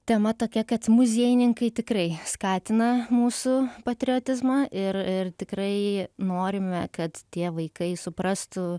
tema tokia kad muziejininkai tikrai skatina mūsų patriotizmą ir ir tikrai norime kad tie vaikai suprastų